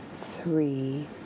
three